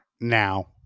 now